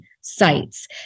sites